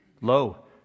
Lo